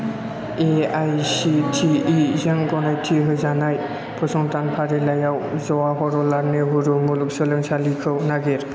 A I C T E जों गनायथि होजानाय फसंथान फारिलाइआव जवाहरलाल नेहरु मुलुगसोलोंसालिखौ नागिर